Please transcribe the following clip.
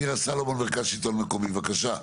מירה סלומון, מנכ"ל שלטון מקומי, בבקשה.